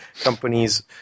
companies